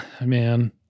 man